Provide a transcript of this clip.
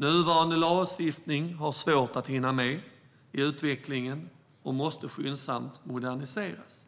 Nuvarande lagstiftning har svårt att hinna med i utvecklingen och måste skyndsamt moderniseras.